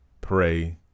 pray